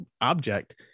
object